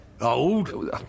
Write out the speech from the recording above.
Old